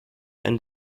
and